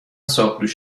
ساقدوش